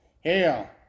Hail